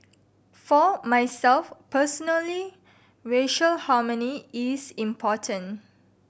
for myself personally racial harmony is important